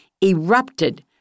erupted